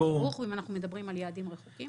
ובייחוד אם אנחנו מדברים על יעדים רחוקים.